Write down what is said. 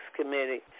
committee